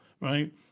right